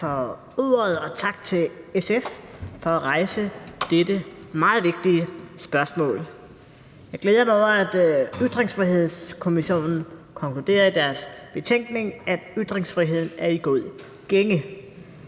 ordet, og tak til SF for at rejse dette meget vigtige spørgsmål. Jeg glæder mig over, at Ytringsfrihedskommissionen konkluderer i deres betænkning, at ytringsfriheden er i god gænge,